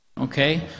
Okay